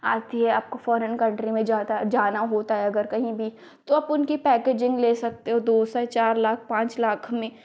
आती है आपको फौरन कंट्रीज में ज़्यादा जाना होता है अगर कहीं भी तो आप उनकी पैकेजिंग ले सकते हो दो से चार लाख पाँच लाख में